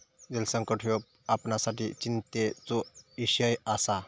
जलसंकट ह्यो आपणासाठी चिंतेचो इषय आसा